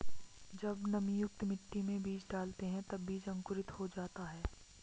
जब नमीयुक्त मिट्टी में बीज डालते हैं तब बीज अंकुरित हो जाता है